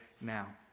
now